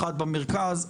אחת במרכז,